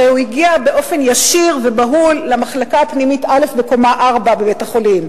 הרי הוא הגיע באופן ישיר ובהול למחלקה פנימית א' בקומה 4 בבית-החולים.